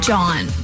John